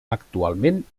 actualment